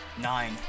nine